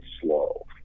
slow